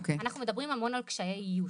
אנחנו מדברים המון על קשיי איוש.